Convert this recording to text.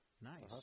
Nice